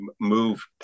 move